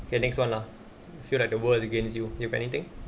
okay next [one] lah feel like the word against you you have anything